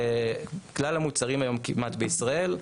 כמעט כל המוצרים בישראל,